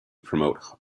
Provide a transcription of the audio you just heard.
promote